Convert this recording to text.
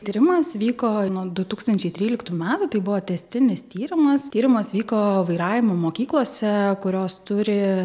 tyrimas vyko nuo du tūkstančiai tryliktų metų tai buvo tęstinis tyrimas tyrimas vyko vairavimo mokyklose kurios turi